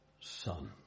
Son